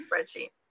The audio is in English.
spreadsheet